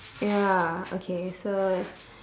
ya okay so